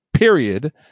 Period